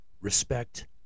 respect